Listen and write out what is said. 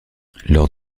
lors